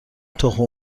تخم